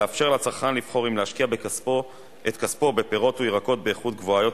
אני מתכבד להציג בפניכם את הצעת החוק לפיקוח על ייצור הצמח ושיווקו,